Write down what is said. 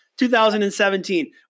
2017